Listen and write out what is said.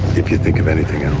if you think of anything else